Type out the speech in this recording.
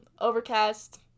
Overcast